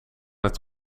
het